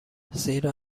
زیرا